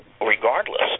regardless